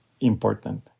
important